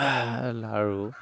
লাড়ু